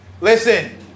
Listen